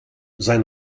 sein